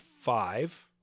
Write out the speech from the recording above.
five